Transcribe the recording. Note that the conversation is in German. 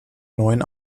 neuen